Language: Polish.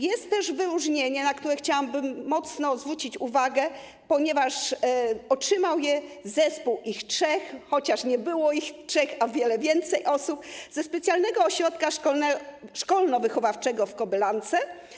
Jest też wyróżnienie, na które chciałabym mocno zwrócić uwagę, ponieważ otrzymał je zespół Ich Trzech, chociaż nie było ich trzech, było o wiele więcej osób, ze Specjalnego Ośrodka Szkolno-Wychowawczego w Kobylance.